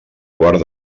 quart